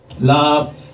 Love